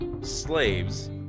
slaves